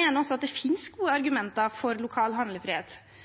mener at det finnes gode argumenter for lokal handlefrihet.